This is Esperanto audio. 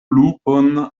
lupon